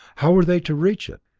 how were they to reach it?